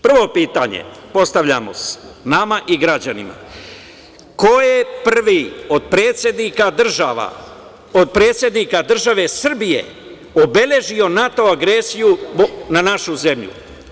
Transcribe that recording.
Prvo pitanje postavljamo nama i građanima – ko je prvi od predsednika države Srbije obeležio NATO agresiju na našu zemlju?